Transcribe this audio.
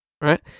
Right